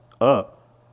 up